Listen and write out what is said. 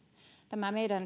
tämä meidän